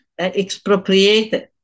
expropriated